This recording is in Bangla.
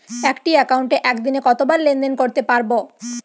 একটি একাউন্টে একদিনে কতবার লেনদেন করতে পারব?